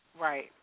Right